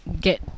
get